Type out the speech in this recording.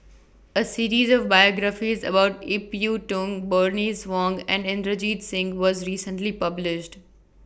A series of biographies about Ip Yiu Tung Bernice Wong and Inderjit Singh was recently published